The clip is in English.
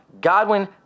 Godwin